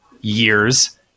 years